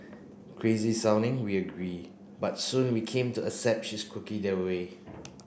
crazy sounding we agree but soon we came to accept she is quirky that way